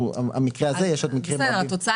המקרה הזה, יש עוד מקרים רבים.